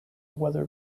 weather